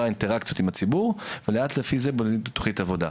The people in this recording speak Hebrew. האינטראקציות עם הציבור ולפי זה בונים את תוכנית העבודה.